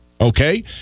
Okay